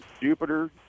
Jupiter